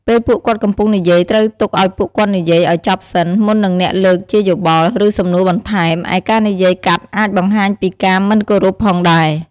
ពេលពួកគាត់កំពុងនិយាយត្រូវទុកឲ្យពួកគាត់និយាយឲ្យចប់សិនមុននឹងអ្នកលើកជាយោបល់ ឬសំនួរបន្ថែម ឯការនិយាយកាត់អាចបង្ហាញពីការមិនគោរពផងដែរ។